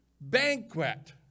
banquet